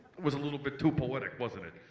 was a little bit too poetic, wasn't it?